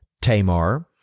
Tamar